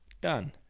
Done